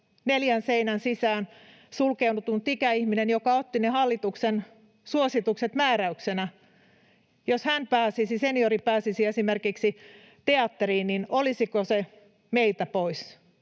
neljän seinän sisään sulkeutunut ikäihminen, seniori, joka otti ne hallituksen suositukset mää- räyksinä, pääsisi esimerkiksi teatteriin. Olisiko se meiltä pois?